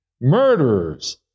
murderers